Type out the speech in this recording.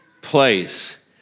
place